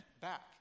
back